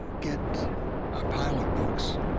get a pile of books,